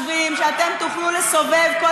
הכוחנות שבה אתם חושבים שתוכלו לסובב כל